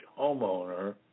homeowner